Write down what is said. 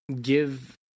give